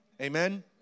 Amen